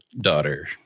Daughter